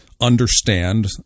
understand